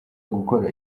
gukora